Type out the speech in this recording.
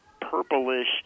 Purplish